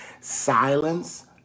Silence